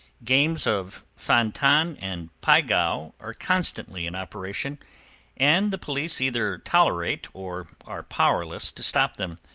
games of fan-tan and pie-gow are constantly in operation and the police either tolerate or are powerless to stop them.